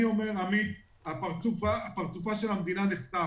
עמית, פרצופה של המדינה נחשף.